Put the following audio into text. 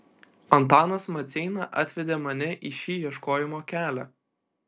antanas maceina atvedė mane į šį ieškojimo kelią